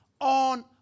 on